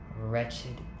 Wretched